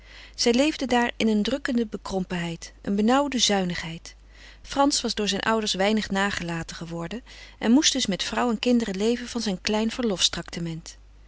zij leefden daar in een drukkende bekrompenheid een benauwde zuinigheid frans was door zijn ouders weinig nagelaten geworden en moest dus met vrouw en kinderen leven van zijn klein